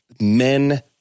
Men